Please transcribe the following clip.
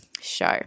show